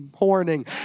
morning